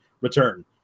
return